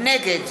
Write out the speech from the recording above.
נגד